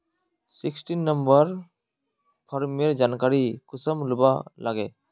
Sixteen number farmer जानकारी कुंसम लुबा लागे?